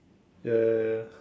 ya ya ya ya